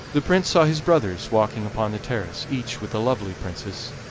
the prince saw his brothers walking upon the terrace, each with a lovely princess,